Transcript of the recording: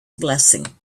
blessing